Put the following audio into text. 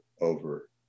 over